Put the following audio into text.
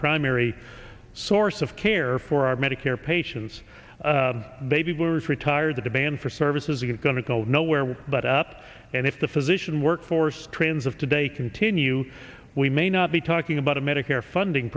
primary source of care for our medicare patients baby boomers retire the demand for services are going to go nowhere but up and if the physician workforce trends of today continue we may not be talking about a medicare funding